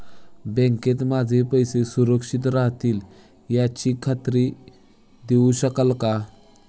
बँकेत माझे पैसे सुरक्षित राहतील याची खात्री देऊ शकाल का?